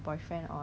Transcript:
yeah yeah yeah